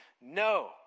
no